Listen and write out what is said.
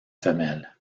femelle